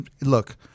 look